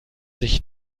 sich